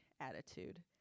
attitude